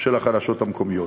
של החדשות המקומיות.